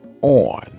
on